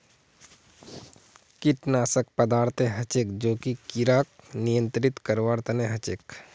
कीटनाशक पदार्थ हछेक जो कि किड़ाक नियंत्रित करवार तना हछेक